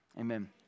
amen